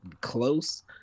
close